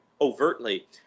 overtly